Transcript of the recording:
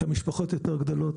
כי המשפחות יותר גדולות,